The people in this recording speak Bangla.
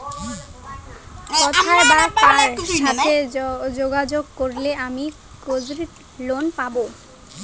কোথায় বা কার সাথে যোগাযোগ করলে আমি কৃষি লোন পাব?